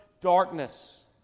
darkness